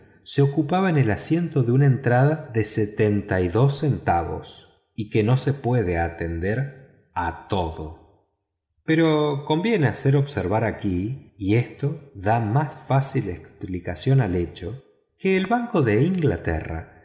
se ocupaba en el asiento de una entrada de tres chelines seis peniques y que no se puede atender a todo pero conviene hacer observar aquí y esto da más fácil explicación al hecho que el banco de inglaterra